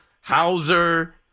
Hauser